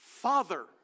father